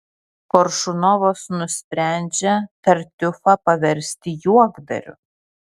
koršunovas nusprendžia tartiufą paversti juokdariu